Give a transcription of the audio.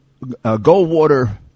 Goldwater